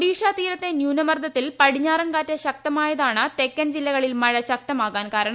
ഒഡ്ടീഷ്യ തീരത്തെ ന്യൂനമർദ്ദത്തിൽ പടിഞ്ഞാറൻ കാറ്റ് ശക്തമായത്രാണ് തെക്കൻ ജില്ലകളിൽ മഴ ശക്തമാകാൻ കാരണം